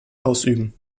ausüben